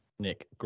Nick